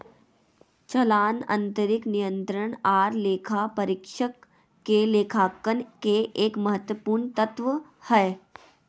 चालान आंतरिक नियंत्रण आर लेखा परीक्षक के लेखांकन के एक महत्वपूर्ण तत्व हय